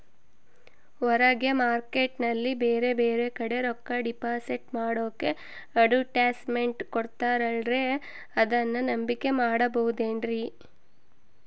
ಹೊರಗೆ ಮಾರ್ಕೇಟ್ ನಲ್ಲಿ ಬೇರೆ ಬೇರೆ ಕಡೆ ರೊಕ್ಕ ಡಿಪಾಸಿಟ್ ಮಾಡೋಕೆ ಅಡುಟ್ಯಸ್ ಮೆಂಟ್ ಕೊಡುತ್ತಾರಲ್ರೇ ಅದನ್ನು ನಂಬಿಕೆ ಮಾಡಬಹುದೇನ್ರಿ?